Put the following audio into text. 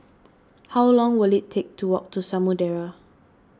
how long will it take to walk to Samudera